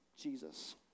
Jesus